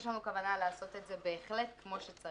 יש לנו כוונה לעשות את זה בהחלט כמו שצריך,